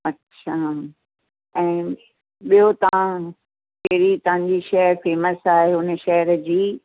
अच्छा ऐं ॿियो तव्हां कहिड़ी तव्हांजी शइ फ़ेमस आहे हुन शहर जी